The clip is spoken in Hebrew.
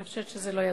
אני חושבת שזה לא יזיק.